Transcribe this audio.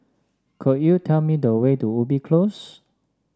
could you tell me the way to Ubi Close